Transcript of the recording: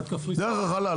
דרך החלל.